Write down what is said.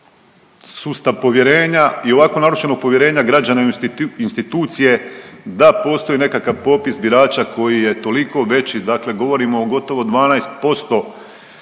sustav povjerenja i u ovako narušeno povjerenje građana u institucije da postoji nekakav popis birača koji je toliko veći, dakle govorimo o gotovo 12%